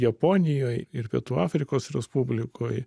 japonijoj ir pietų afrikos respublikoj